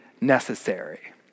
necessary